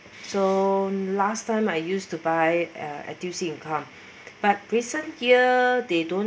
so last time I used to buy uh N_T_U_C income but recent year they don't